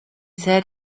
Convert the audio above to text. said